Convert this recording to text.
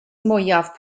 mwyaf